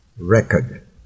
record